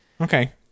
Okay